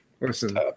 Listen